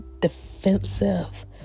defensive